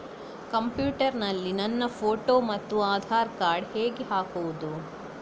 Computer ನಲ್ಲಿ ನನ್ನ photo ಮತ್ತು ಆಧಾರ್ ಕಾರ್ಡ್ ಹೇಗೆ ಹಾಕುವುದು?